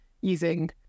using